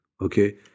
Okay